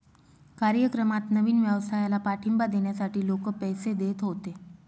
कार्यक्रमात नवीन व्यवसायाला पाठिंबा देण्यासाठी लोक पैसे देत होते